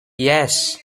yes